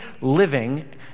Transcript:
living